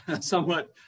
somewhat